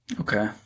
okay